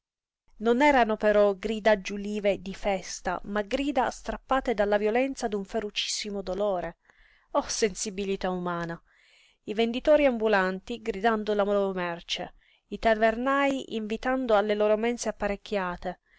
non erano però grida giulive di festa ma grida strappate dalla violenza d'un ferocissimo dolore oh sensibilità umana i venditori ambulanti gridando la loro merce i tavernaj invitando alle loro mense apparecchiate